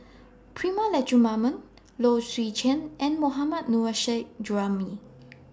Prema Letchumanan Low Swee Chen and Mohammad Nurrasyid Juraimi